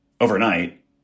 overnight